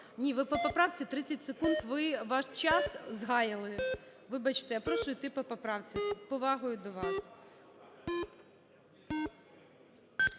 Ні, ви по поправці 30 секунд, ви ваш час згаяли. Вибачте, я прошу йти по поправці, з повагою до вас.